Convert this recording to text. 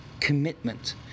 commitment